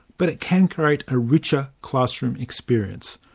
but it can create a richer classroom experience.